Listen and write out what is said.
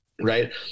Right